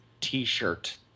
T-shirt